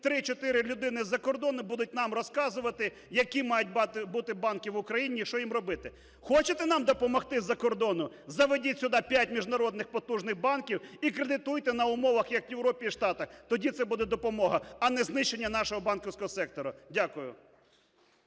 3-4 людини з-за кордону будуть нам розказувати, які мають бути банки в Україні і що їм робити. Хочете нам допомогти з-за кордону – заведіть сюди п'ять міжнародних потужних банки і кредитуйте на умовах, як в Європі і Штатах, тоді це буде допомога, а не знищення нашого банківського сектора. Дякую.